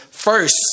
First